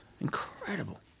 Incredible